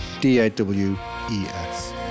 D-A-W-E-S